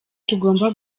tugomba